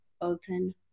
open